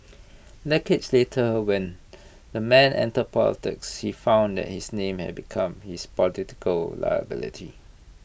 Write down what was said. decades later when the man entered politics he found that his name had become his political liability